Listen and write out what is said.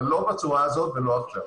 אבל לא בצורה הזו ולא עכשיו.